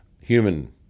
human